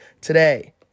today